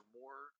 more